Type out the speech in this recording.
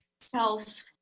self-